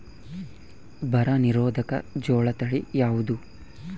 ಬರ ನಿರೋಧಕ ಜೋಳ ತಳಿ ಯಾವುದು?